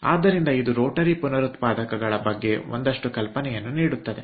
ಆದ್ದರಿಂದ ಇದು ರೋಟರಿ ಪುನರುತ್ಪಾದಕಗಳ ಬಗ್ಗೆ ಒಂದಷ್ಟು ಕಲ್ಪನೆಯನ್ನು ನೀಡುತ್ತದೆ